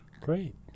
Great